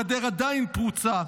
הגדר עדיין פרוצה,